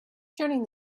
turning